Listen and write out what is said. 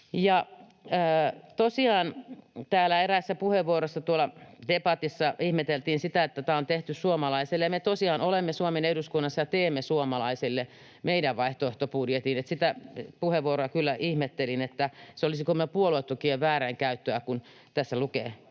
Tosiaan eräissä puheenvuoroissa tuolla debatissa ihmeteltiin sitä, että tämä on tehty suomalaiselle. Me tosiaan olemme Suomen eduskunnassa ja teemme meidän vaihtoehtobudjettimme suomalaisille, että sitä puheenvuoroa kyllä ihmettelin, että se olisi kuulemma puoluetukien väärinkäyttöä, kun tässä lukee